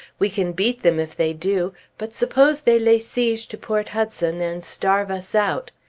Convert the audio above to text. we can beat them if they do but suppose they lay siege to port hudson and starve us out?